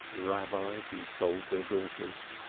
rabbis who sold their daughters,